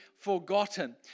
forgotten